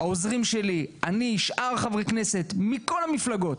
העוזרים שלי, אני, שאר חברי הכנסת מכל המפלגות,